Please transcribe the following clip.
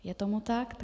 Je tomu tak.